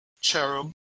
cherub